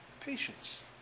Patience